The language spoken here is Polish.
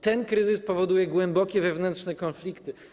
Ten kryzys powoduje głębokie wewnętrzne konflikty.